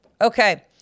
Okay